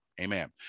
amen